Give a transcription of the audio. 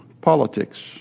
Politics